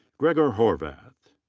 gregor horvath.